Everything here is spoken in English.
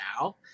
now